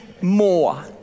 more